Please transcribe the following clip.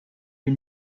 you